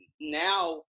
now